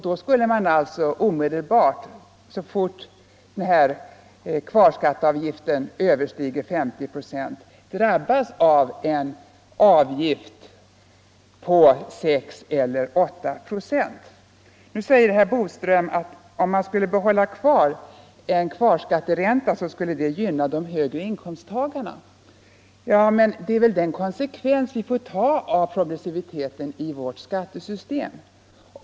Då skulle man alltså omedelbart kunna drabbas av en avgift på 6-8 procent. Nu säger herr Boström att om man skulle behålla en kvarskatteränta, skulle det gynna de högre inkomsttagarna. Men det är väl den konsekvens vi får ta av progressiviteten i vårt skattesystem.